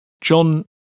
John